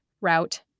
route